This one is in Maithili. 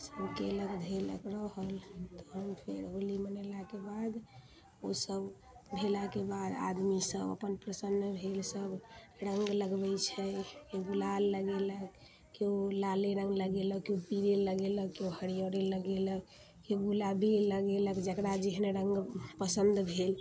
सब केलक धेलक रहल तहन फेर होली मनेलाके बाद ओसब भेलाके बाद आदमी सब अपन प्रसन्न भेल सब रङ्ग लगबै छै गुलाल लगेलक केओ लाले रङ्ग लगेलक केओ पीयरे लगेलक केओ हरियरे लगेलक केओ गुलाबिये लगेलक जकरा जेहन रङ्ग पसन्द भेल